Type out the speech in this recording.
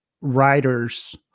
writers